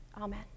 Amen